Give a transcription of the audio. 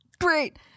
Great